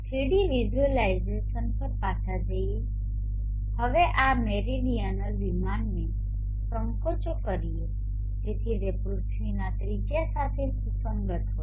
3 D visualisation પર પાછા જઈએ હવે ચાલો આ મેરીડિઅનલ વિમાનને સંકોચો કરીએ જેથી તે પૃથ્વીના ત્રિજ્યા સાથે સુસંગત હોય